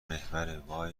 محور